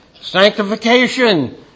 sanctification